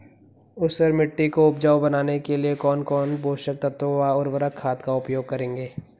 ऊसर मिट्टी को उपजाऊ बनाने के लिए कौन कौन पोषक तत्वों व उर्वरक खाद का उपयोग करेंगे?